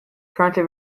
currently